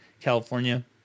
California